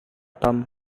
tom